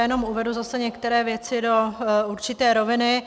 Jenom uvedu zase některé věci do určité roviny.